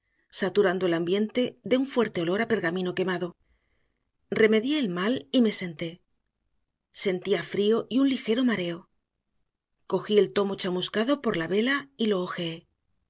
saturando el ambiente de un fuerte olor a pergamino quemado remedié el mal y me senté sentía frío y un ligero mareo cogí el tomo chamuscado por la vela y lo